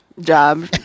job